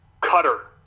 cutter